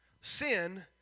sin